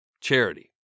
Charity